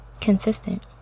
consistent